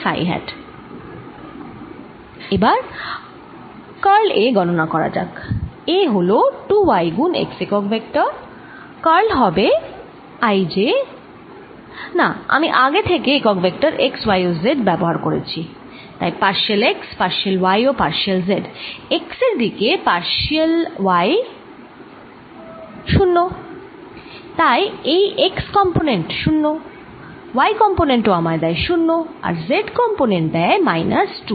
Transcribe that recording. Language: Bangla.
তাহলে এবার কার্ল A গণনা করা যাক A হল 2 y গুণ x একক ভেক্টর কার্ল A হবে i j না আমি আগে থেকে একক ভেক্টর x y ও z ব্যবহার করেছি পার্শিয়াল x পার্শিয়াল y ও পার্শিয়াল z x এর দিকে পার্শিয়াল y 0 0 তাই এই x কম্পোনেন্ট 0 y কম্পোনেন্ট ও আমাকে দেয় 0 আর z কম্পোনেন্ট দেয় মাইনাস 2